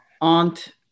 aunt